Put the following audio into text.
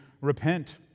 repent